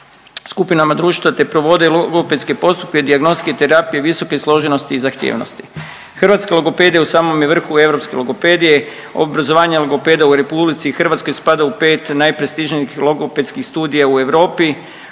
Hrvatska logopedija u samom je vrhu europske logopedije. Obrazovanje logopeda u RH spada u 5 najprestižnijih logopedskih studija u Europi